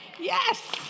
Yes